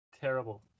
Terrible